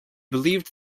believed